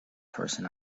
person